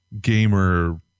gamer